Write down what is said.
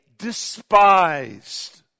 despised